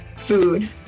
food